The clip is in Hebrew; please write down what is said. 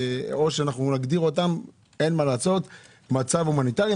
או שנגדיר אותם בגלל מצבם ההומניטרי,